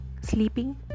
sleeping